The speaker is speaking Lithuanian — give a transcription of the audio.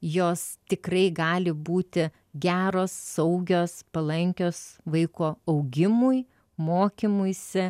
jos tikrai gali būti geros saugios palankios vaiko augimui mokymuisi